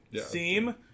theme